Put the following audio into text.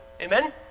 Amen